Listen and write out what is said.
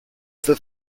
the